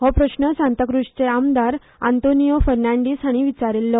हो प्रस्न सांताक्रजचे आमदार आंतोनियो फॅर्नाडिस हाणी विचारिल्लो